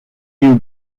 you